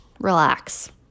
Relax